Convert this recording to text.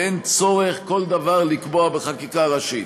ואין צורך כל דבר לקבוע בחקיקה ראשית.